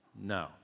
No